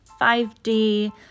5D